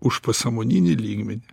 užpasąmoninį lygmenį